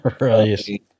right